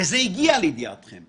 האם את עומדת בקשר ישיר עם לווים